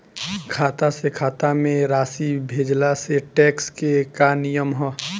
खाता से खाता में राशि भेजला से टेक्स के का नियम ह?